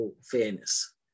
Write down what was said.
fairness